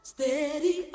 Steady